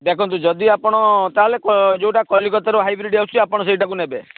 ଦେଖନ୍ତୁ ଯଦି ଆପଣ ତା'ହେଲେ ଯେଉଁଟା କଲିକତାରୁ ହାଇବ୍ରିଡ଼୍ ଆସୁଛି ଆପଣ ସେଇଟାକୁ ନେବେ